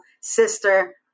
sister